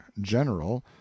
general